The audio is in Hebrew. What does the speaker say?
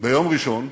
ביום ראשון,